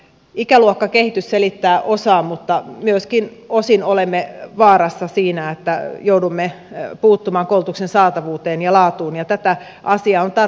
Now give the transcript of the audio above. ikäluokkakehitys selittää osan mutta myöskin osin olemme vaarassa siinä että joudumme puuttumaan koulutuksen saatavuuteen ja laatuun ja tätä asiaa on tarkkaan vahdittava